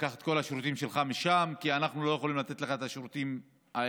ולקבל את השירותים שלך שם כי אנחנו לא יכולים לתת לך את השירותים האלה.